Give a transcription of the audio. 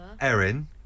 Erin